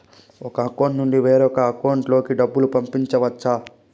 ఒక అకౌంట్ నుండి వేరొక అకౌంట్ లోకి డబ్బులు పంపించవచ్చు